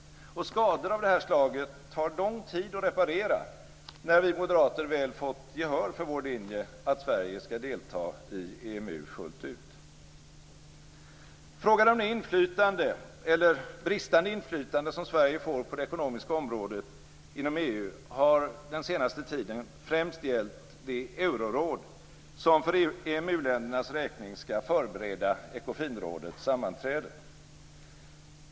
Skador av detta slag tar lång tid att reparera, när vi moderater väl fått gehör för vår linje att Sverige skall delta i EMU fullt ut. Frågan om det inflytande - eller bristande inflytande - som Sverige får på det ekonomiska området inom EU har den senaste tiden främst gällt det euroråd som för EMU-ländernas räkning skall förbereda Ekofinrådets sammanträden.